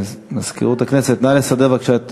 אנחנו מוסיפים את חבר הכנסת אורי מקלב כמצביע בעד